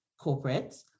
corporates